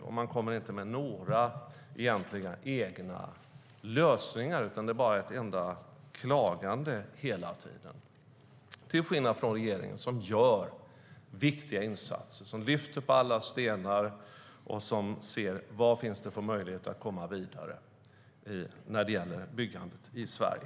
Men man kommer inte med några egna lösningar, utan det är bara ett enda klagande hela tiden, till skillnad från regeringen som gör viktiga insatser, som lyfter på alla stenar och som ser på möjligheterna att komma vidare med byggandet i Sverige.